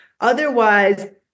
Otherwise